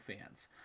fans